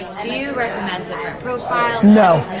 do you recommend different profiles no,